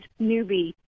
newbie